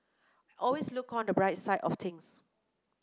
always look on the bright side of things